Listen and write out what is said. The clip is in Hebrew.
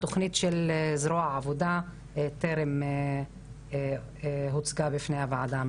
התוכנית של זרוע העבודה טרם הוצגה בפני הוועדה.